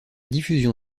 diffusion